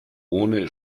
ohne